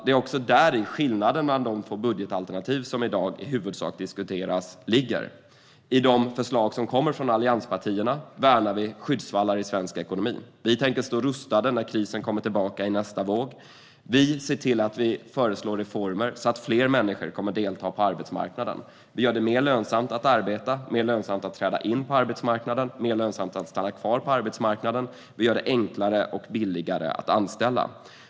Det är också däri skillnaden mellan de två budgetalternativ som i dag i huvudsak diskuteras ligger. I de förslag som kommer från allianspartierna värnar vi skyddsvallar i svensk ekonomi. Vi tänker stå rustade när krisen kommer tillbaka i nästa våg. Vi ser därför till att föreslå reformer så att fler människor kommer att delta på arbetsmarknaden. Vi gör det mer lönsamt att arbeta, mer lönsamt att träda in på arbetsmarknaden och mer lönsamt att stanna kvar på arbetsmarknaden. Vi gör det enklare och billigare att anställa.